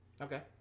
Okay